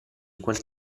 quel